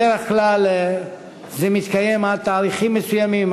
בדרך כלל זה מתקיים עד תאריכים מסוימים.